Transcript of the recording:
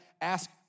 ask